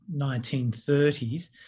1930s